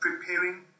preparing